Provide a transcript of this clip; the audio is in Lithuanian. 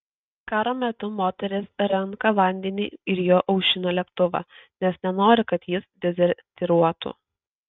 karo metų moteris renka vandenį ir juo aušina lėktuvą nes nenori kad jis dezertyruotų